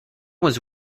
was